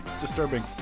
Disturbing